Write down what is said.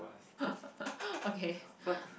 okay